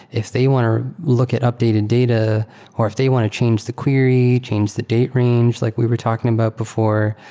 if they want to look at updated data or if they want to change the query, change the date range like we were talking about before,